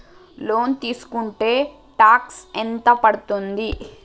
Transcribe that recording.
Loan తీస్కుంటే tax ఎంత పడ్తుంది?